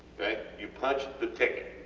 okay. you punched the ticket.